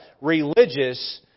religious